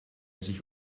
sich